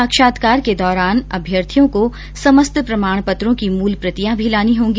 साक्षात्कार के दौरान अभ्यर्थियों को समस्त प्रमाणपत्रों की मूल प्रतियां भी लानी होगी